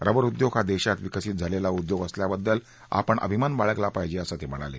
rubber उद्योग हा देशात विकसित झालेला उद्योग असल्याबद्दल आपण अभिमान बाळगला पाहिजे असं ते म्हणाले